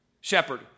shepherd